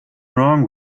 wrong